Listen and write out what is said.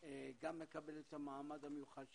גם מקבלת את המעמד המיוחד שלה.